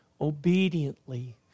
obediently